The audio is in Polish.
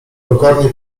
pokornie